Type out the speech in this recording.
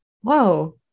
Whoa